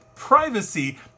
privacy